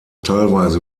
teilweise